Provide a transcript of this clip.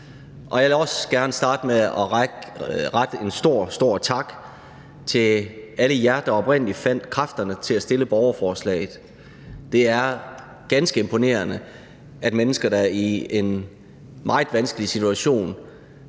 Jeg vil også gerne starte med at rette en stor, stor tak til alle jer, der oprindelig fandt kræfterne til at stille borgerforslaget. Det er ganske imponerende, at mennesker, der er i en meget vanskelig situation,